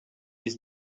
his